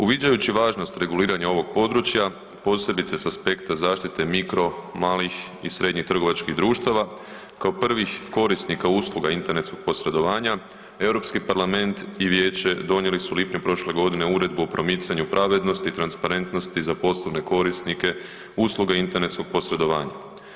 Uviđajući važnost reguliranja ovog područja, posebice sa aspekta zaštite mikro, malih i srednjih trgovačkih društava kao prvih korisnika usluga internetskoga posredovanja, Europski parlament i vijeće donijeli su u lipnju prošle godine uredbu o promicanju pravednosti i transparentnosti za poslovne korisnike usluga internetskoga posredovanja.